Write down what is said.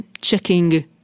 checking